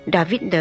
David